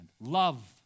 love